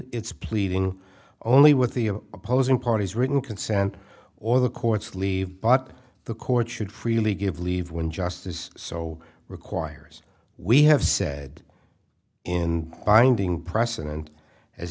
its pleading only with the opposing parties written consent or the court's leave but the court should freely give leave when just as so requires we have said in binding precedent as